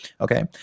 okay